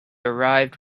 arrived